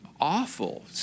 Awful